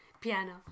piano